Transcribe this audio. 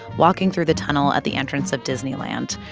walking through the tunnel at the entrance of disneyland,